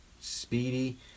speedy